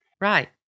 Right